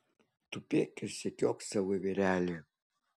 tupėk ir sekiok savo vyrelį